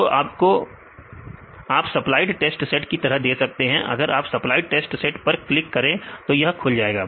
तो इसको आप सप्लाइड टेस्ट सेट की तरह दे सकते हैं अगर आप सप्लाइड टेस्ट सेट पर क्लिक करें तो यह खुल जाएगा